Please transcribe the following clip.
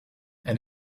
and